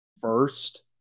first